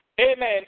amen